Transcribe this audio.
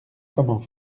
comment